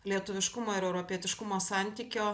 lietuviškumo ir europietiškumo santykio